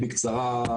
בקצרה,